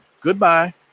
goodbye